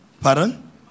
Pardon